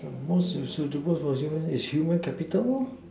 the most useful to most useful one is human capital lor